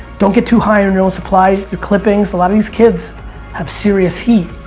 don't get too high on your own supply, your clippings. a lot of these kids have serious heat.